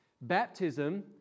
baptism